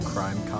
Crime